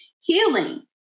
healing